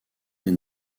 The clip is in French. des